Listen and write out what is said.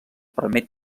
permet